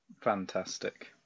Fantastic